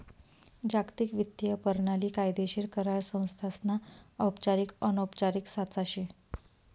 जागतिक वित्तीय परणाली कायदेशीर करार संस्थासना औपचारिक अनौपचारिक साचा शे